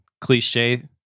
cliche